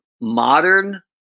modern